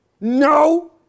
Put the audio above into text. No